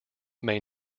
may